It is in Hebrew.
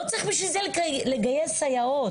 לא צריך בשביל זה לגייס סייעות.